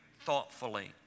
thoughtfully